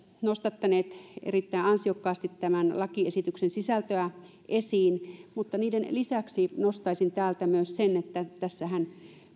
nostaneet erittäin ansiokkaasti tämän lakiesityksen sisältöä esiin mutta niiden lisäksi nostaisin täältä myös sen että tässähän